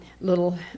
little